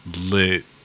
Lit